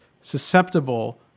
susceptible